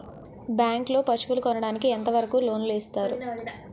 Bank లో పశువుల కొనడానికి ఎంత వరకు లోన్ లు ఇస్తారు?